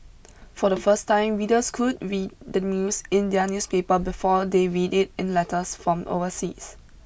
for the first time readers could read the news in their newspaper before they read it in letters from overseas